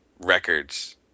records